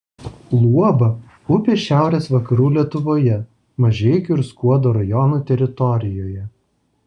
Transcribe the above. luoba upė šiaurės vakarų lietuvoje mažeikių ir skuodo rajonų teritorijoje